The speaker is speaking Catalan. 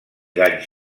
danys